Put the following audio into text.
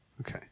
Okay